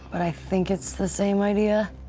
but i think it's the same idea.